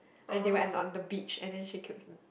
like they were at on the beach and then she killed him